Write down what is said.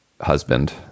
husband